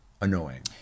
annoying